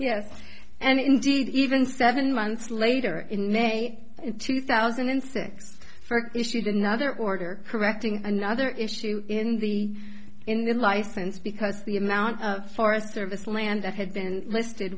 indeed even seven months later in may two thousand and six for issued another order correcting another issue in the in the license because the amount of forest service land that had been listed